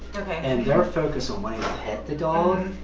okay. and their focused on wanting to pet the dog.